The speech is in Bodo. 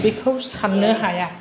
बेखौ साननो हाया